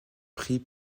prix